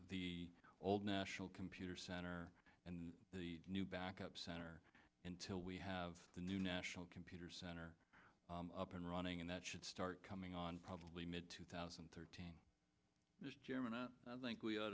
the old national computer center and the new backup center until we have the new national computer center up and running and that should start coming on probably mid two thousand and thirteen just jim and i think we ought